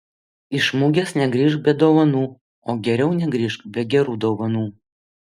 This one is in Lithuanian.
iš mugės negrįžk be dovanų o geriau negrįžk be gerų dovanų